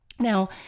Now